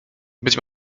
być